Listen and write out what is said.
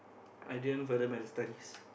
I didn't further my studies